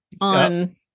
on